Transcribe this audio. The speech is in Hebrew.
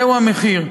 זהו המחיר.